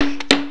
בבקשה, אדוני.